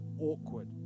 awkward